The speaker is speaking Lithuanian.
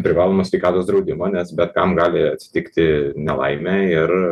privalomą sveikatos draudimą nes bet kam gali atsitikti nelaimė ir